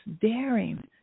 daring